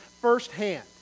firsthand